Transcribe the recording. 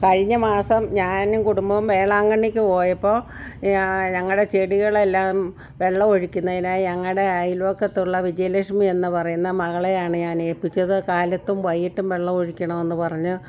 കഴിഞ്ഞ മാസം ഞാനും കുടുംബവും വേളാങ്കണ്ണിക്ക് പോയപ്പോൾ ഞങ്ങളുടെ ചെടികളെല്ലാം വെള്ളം ഒഴിക്കുന്നതിനായി ഞങ്ങളുടെ അയൽപക്കത്തുള്ള വിജയലക്ഷ്മി എന്ന് പറയുന്ന മകളെയാണ് ഞാൻ ഏൽപ്പിച്ചത് കാലത്തും വൈകിട്ടും വെള്ളം ഒഴിക്കണമെന്ന് പറഞ്ഞു